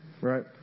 right